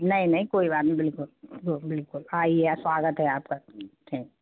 नहीं नहीं कोई बात नहीं बिल्कुल बिल्कुल आइए स्वागत है आपका ठीक